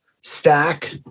stack